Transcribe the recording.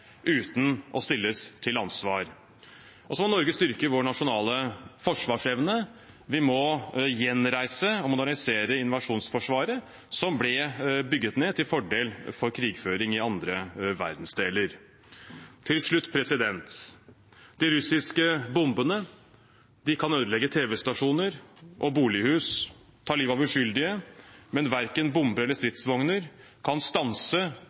uten å stilles til ansvar. Så må Norge styrke vår nasjonale forsvarsevne. Vi må gjenreise og modernisere invasjonsforsvaret, som ble bygget ned til fordel for krigføring i andre verdensdeler. Til slutt: De russiske bombene kan ødelegge tv-stasjoner og bolighus og ta livet av uskyldige, men verken bomber eller stridsvogner kan stanse